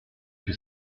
que